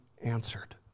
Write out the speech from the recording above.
answered